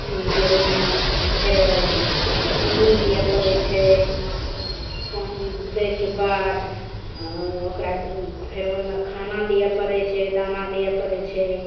जे ओहिमे फेर पानि दिअ पड़ैत छै पानि दैके बाद ओकरा फेर ओहिमे खाना दिअ पड़ैत छै दाना दिअ पड़ैत छै